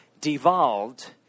devolved